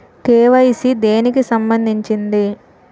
KYC దేనికి సంబందించింది?